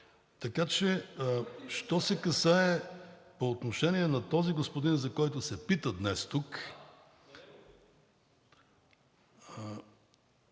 Така че що се касае по отношение на този господин, за който се пита днес тук,